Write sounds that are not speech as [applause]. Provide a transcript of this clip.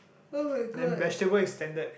[noise] [oh]-my-god [breath]